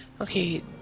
Okay